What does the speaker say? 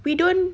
we don't